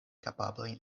kapablojn